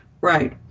Right